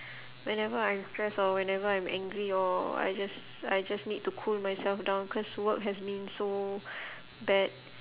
whenever I'm stressed or whenever I'm angry or I just I just need to cool myself down cause work has been so bad